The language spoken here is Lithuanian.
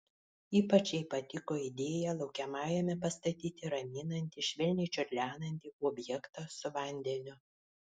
ypač jai patiko idėja laukiamajame pastatyti raminantį švelniai čiurlenantį objektą su vandeniu